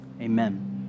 amen